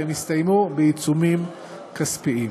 שהסתיימו בעיצומים כספיים.